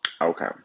Okay